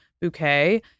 bouquet